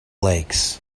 lakes